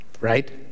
Right